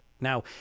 Now